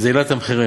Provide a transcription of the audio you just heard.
זה העלה את המחירים.